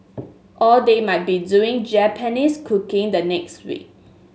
or they might be doing Japanese cooking the next week